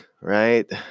right